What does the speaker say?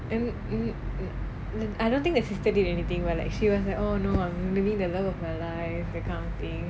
mm mm mm I don't think the sister did anything but like she was like oh no I'm leaving the love of my life that kind of thing